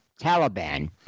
Taliban